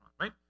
right